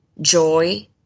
joy